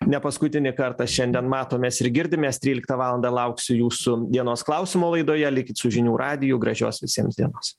ne paskutinį kartą šiandien matomės ir girdimės tryliktą valandą lauksiu jūsų dienos klausimo laidoje likit su žinių radiju gražios visiems dienos